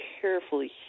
carefully